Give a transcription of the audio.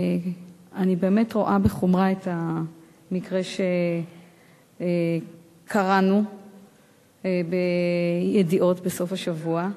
אני באמת רואה בחומרה את המקרה שקראנו ב"ידיעות" בסוף השבוע.